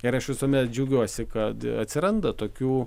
ir aš visuomet džiaugiuosi kad atsiranda tokių